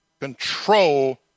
control